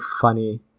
funny